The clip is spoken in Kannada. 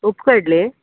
ಉಪ್ಪು ಕಡ್ಲೆ